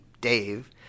Dave